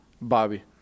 Bobby